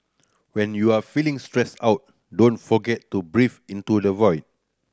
when you are feeling stressed out don't forget to breathe into the void